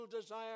desire